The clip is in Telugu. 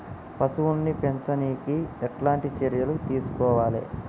పశువుల్ని పెంచనీకి ఎట్లాంటి చర్యలు తీసుకోవాలే?